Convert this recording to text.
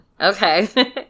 Okay